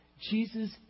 Jesus